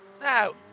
now